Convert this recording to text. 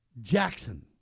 Jackson